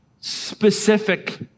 specific